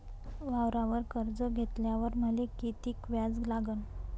वावरावर कर्ज घेतल्यावर मले कितीक व्याज लागन?